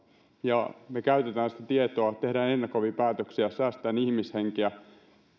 ja me käytämme sitä tietoa teemme ennakoivia päätöksiä säästämme ihmishenkiä ja